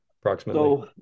approximately